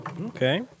Okay